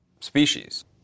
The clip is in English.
species